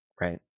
right